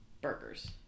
burgers